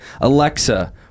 Alexa